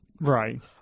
Right